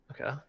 Okay